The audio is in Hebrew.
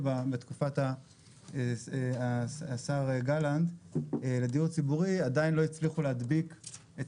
בתקופת השר גלנט לדיור ציבורי עדיין לא הצליחו להדביק את